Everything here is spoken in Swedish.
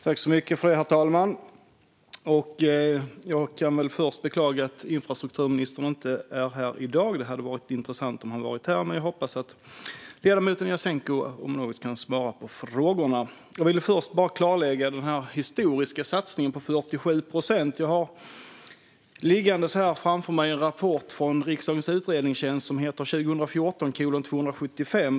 Herr talman! Jag kan först beklaga att infrastrukturministern inte är här i dag. Det hade varit intressant om han hade varit här, men jag hoppas att ledamoten Jasenko Omanovic kan svara på frågorna. Jag vill klargöra något om den historiska satsningen på 47 procent. Jag har framför mig en rapport från riksdagens utredningstjänst som heter 2014:275.